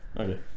okay